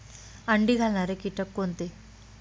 अंडी घालणारे किटक कोणते?